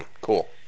Cool